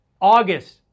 August